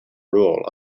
rule